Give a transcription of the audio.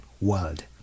world